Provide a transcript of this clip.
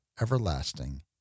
everlasting